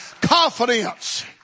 confidence